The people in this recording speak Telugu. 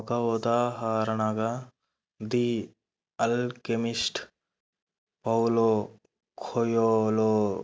ఒక ఉదాహరణగా ది ఆల్కెమిస్ట్ పాలో కొయెల్హో